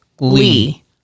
Lee